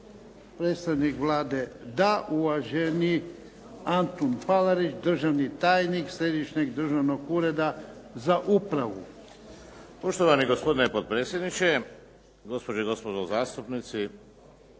Predstavnik Vlade da. Uvaženi Antun Palarić, državni tajnik Središnjeg državnog ureda za upravu. **Palarić, Antun** Poštovani gospodine potpredsjedniče, gospođe i gospodo zastupnici,